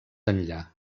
enllà